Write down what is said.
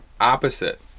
opposite